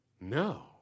no